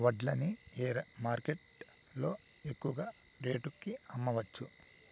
వడ్లు ని ఏ మార్కెట్ లో ఎక్కువగా రేటు కి అమ్మవచ్చు?